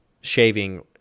shaving